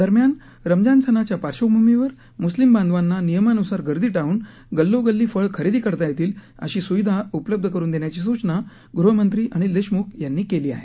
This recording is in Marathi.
दरम्यान रमजान सणाच्या पार्श्वभूमीवर म्स्लिम बांधवांना नियमान्सार गर्दी टाळून गल्लोगल्ली फळं खरेदी करता येतील अशी स्विधा उपलब्ध करून देण्याची सूचना गृहमंत्री अनिल देशम्ख यांनी केली आहे